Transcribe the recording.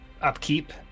upkeep